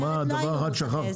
רק שכחתם דבר אחד,